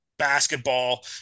basketball